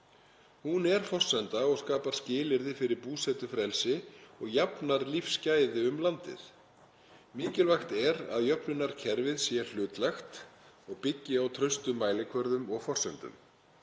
Hún er forsenda og skapar skilyrði fyrir búsetufrelsi og jafnar lífsgæði um landið. Mikilvægt er að jöfnunarkerfið sé hlutlægt og byggi á traustum mælikvörðum og forsendum.